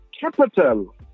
capital